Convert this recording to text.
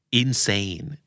insane